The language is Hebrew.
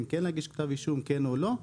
האם להגיש כתב אישום כן או לא.